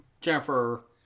Jennifer